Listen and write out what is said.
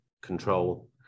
control